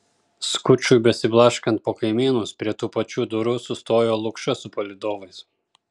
skučui besiblaškant po kaimynus prie tų pačių durų sustojo lukša su palydovais